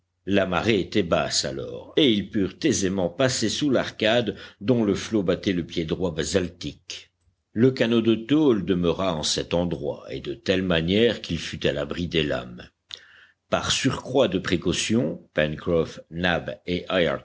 la marée était basse alors et ils purent aisément passer sous l'arcade dont le flot battait le pied droit basaltique le canot de tôle demeura en cet endroit et de telle manière qu'il fût à l'abri des lames par surcroît de précaution pencroff nab